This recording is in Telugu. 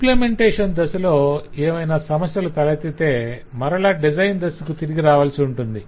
ఇంప్లిమెంటేషన్ దశలో ఏమైనా సమస్యలు తలెత్తితే మరల డిజైన్ దశకు తిరిగి రావలసి ఉంటుంది